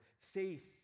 faith